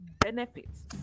benefits